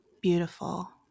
beautiful